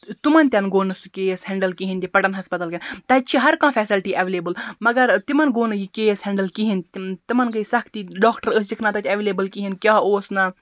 تِمن تہِ نہٕ گوٚو نہٕ سُہ کیس ہینٛڈل کِہیٖنٛۍ تہٕ پَٹَن ہَسپَتال کیٚن تَتہِ چھِ ہر کانٛہہ فیسَلٹی اَیویلیبٕل مگر تِمن گوٚو نہٕ یہِ کیس ہیٚنڈل کہیٖنٛۍ تِم تِمن گٔے سَختی ڈاکٹَر ٲسِکھ نا تَتہِ اَیویلیبٕل کِہیٖنٛۍ کیٛاہ اوس نا